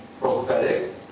prophetic